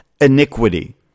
iniquity